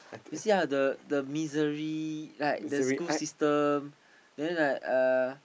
you see ah the the misery like the school system then like uh